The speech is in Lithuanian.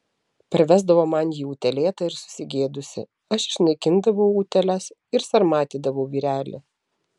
parvesdavo man jį utėlėtą ir susigėdusį aš išnaikindavau utėles ir sarmatydavau vyrelį